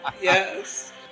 Yes